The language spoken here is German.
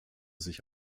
sich